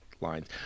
lines